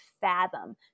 fathom